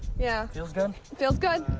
yeah. feels good? feels good.